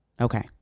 Okay